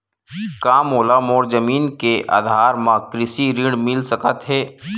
का मोला मोर जमीन के आधार म कृषि ऋण मिल सकत हे?